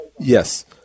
Yes